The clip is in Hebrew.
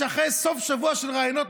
אחרי סוף שבוע של ראיונות,